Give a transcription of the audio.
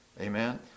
Amen